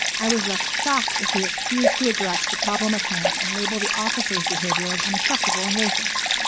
i was left shocked as he refused to address the problem at hand and label the officers behavior as unacceptable and racist.